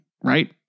right